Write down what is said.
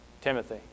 Timothy